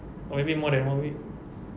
or maybe more than one week